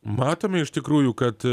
matome iš tikrųjų kad